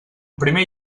primer